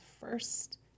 first